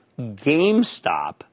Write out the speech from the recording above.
GameStop